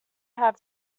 have